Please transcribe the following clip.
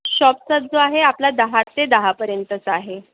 शॉपचा जो आहे आपला दहा ते दहापर्यंतचा आहे